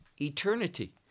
eternity